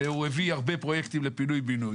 שהוא מביא הרבה פרוייקטים לפינוי-בינוי.